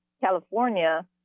California